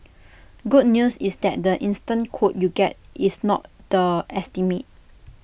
good news is that the instant quote you get is not the estimate